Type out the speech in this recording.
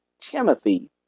Timothy